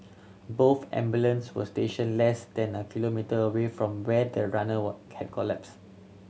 both ambulance were stationed less than a kilometre away from where the runner were had collapsed